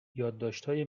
یادداشتهای